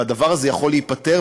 והדבר הזה יכול להיפתר.